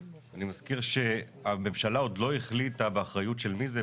אני מזכיר שהממשלה עוד לא החליטה באחריות של מי זה,